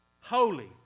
holy